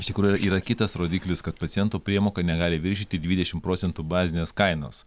iš tikrųjų yra yra kitas rodiklis kad paciento priemoka negali viršyti dvidešim procentų bazinės kainos